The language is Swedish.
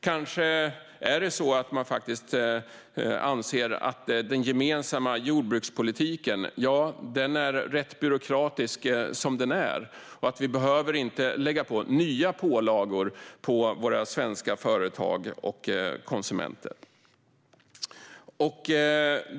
Man kanske faktiskt anser att den gemensamma jordbrukspolitiken är rätt byråkratisk redan som den är och att vi inte behöver lägga nya pålagor på våra svenska företag och konsumenter.